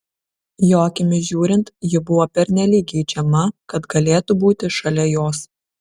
jo akimis žiūrint ji buvo pernelyg geidžiama kad galėtų būti šalia jos